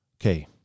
Okay